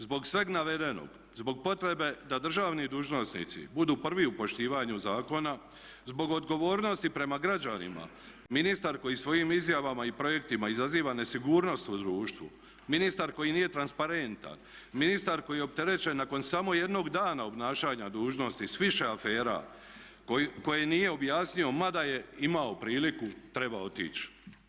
Zbog sveg navedenog, zbog potrebe da državni dužnosnici budu prvi u poštivanju zakona, zbog odgovornosti prema građanima ministar koji svojim izjavama i projektima izaziva nesigurnost u društvu, ministar koji nije transparentan, ministar koji je opterećen nakon samo jednog dana obnašanja dužnosti s više afera koje nije objasnio mada je imao priliku, treba otići.